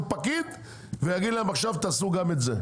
פקיד ויגיד להם: עכשיו תעשו גם את זה.